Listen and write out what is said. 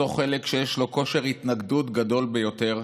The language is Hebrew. חלק שיש לו כושר התנגדות גדול ביותר,